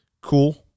cool